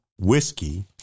whiskey